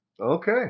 okay